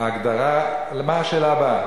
מה השאלה הבאה?